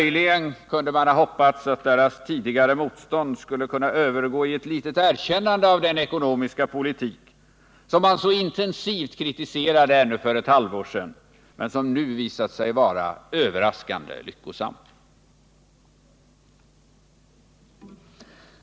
Möjligen kunde man ha hoppats att deras tidigare motstånd skulle 14 december 1978 kunna övergå i ett litet erkännande av den ekonomiska politik som de så intensivt kritiserade ännu för ett halvår sedan men som nu visat sig vara överraskande lyckosam.